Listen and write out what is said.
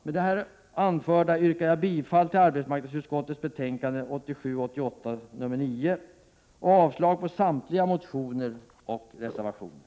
Med det anförda yrkar jag bifall till arbetsmarknadsutskottets hemställan i betänkande 1987/88:9 och avslag på samtliga motioner och reservationer.